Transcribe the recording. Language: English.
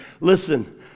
Listen